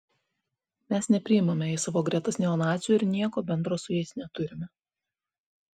mes nepriimame į savo gretas neonacių ir nieko bendro su jais neturime